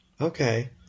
Okay